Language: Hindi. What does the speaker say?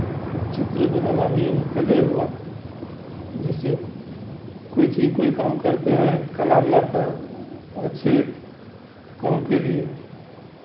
चित्र बनाना भी एगो कले हुआ जैसे कोई चीज़ कोई काम करते हैं कला वाला तब अच्छे काम के लिए